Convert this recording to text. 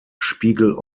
spiegel